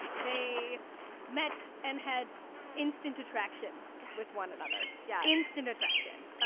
they met and had instant attraction yeah with one another. yeah instant attraction.